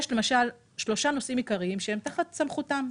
יש למשל שלושה נושאים עיקריים שהם תחת סמכותם,